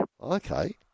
Okay